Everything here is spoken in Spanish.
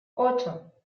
ocho